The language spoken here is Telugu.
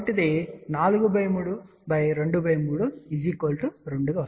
కాబట్టి ఇది 43⅔ 2 గా వస్తుంది